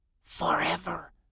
Forever